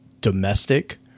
domestic